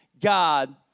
God